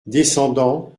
descendant